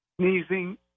sneezing